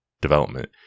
development